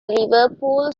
liverpool